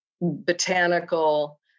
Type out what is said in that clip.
botanical